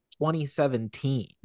2017